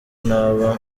nabo